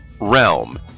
realm